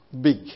big